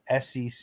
SEC